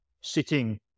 sitting